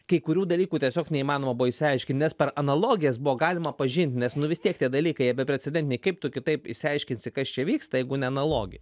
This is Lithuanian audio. kai kurių dalykų tiesiog neįmanoma buvo išsiaiškint nes per analogijas buvo galima pažint nes nu vis tiek tie dalykai jie beprecedentiniai kaip tu kitaip išsiaiškinsi kas čia vyksta jeigu ne analogi